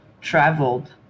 traveled